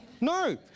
No